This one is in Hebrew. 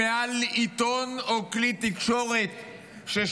הדיו מעל עיתון, או כלי תקשורת ששידר,